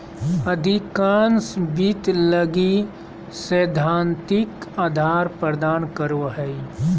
अधिकांश वित्त लगी सैद्धांतिक आधार प्रदान करो हइ